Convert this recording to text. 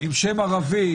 עם שם ערבי,